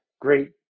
great